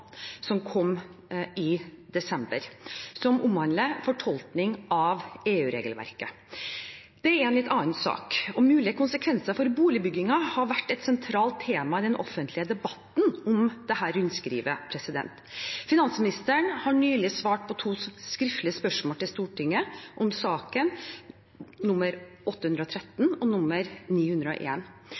som kom i desember, og som omhandler fortolkning av EU-regelverket. Det er en litt annen sak. Mulige konsekvenser for boligbyggingen har vært et sentralt tema i den offentlige debatten om dette rundskrivet. Finansministeren har nylig svart på to skriftlige spørsmål fra Stortinget om saken, nr. 813 og